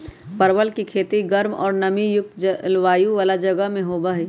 परवल के खेती गर्म और नमी युक्त जलवायु वाला जगह में होबा हई